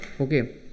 okay